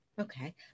Okay